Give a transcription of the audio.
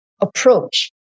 approach